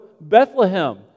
Bethlehem